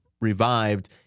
revived